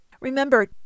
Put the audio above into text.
Remember